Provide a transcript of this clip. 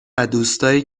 دوستایی